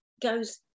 goes